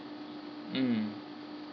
mm